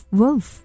wolf